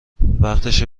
وقتشه